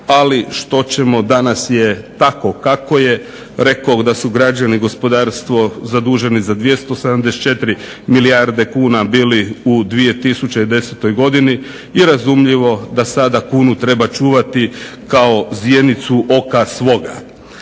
ali što ćemo, danas je tako kako je. Rekoh da su građani gospodarstvo zaduženi za 274 milijarde kuna bili u 2010. godini i razumljivo da sada kunu treba čuvati kao zjenicu oka svoga.